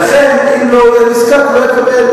לכן, אם הוא לא יהיה נזקק, הוא לא יקבל.